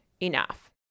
enough